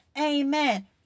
Amen